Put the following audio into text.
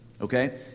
Okay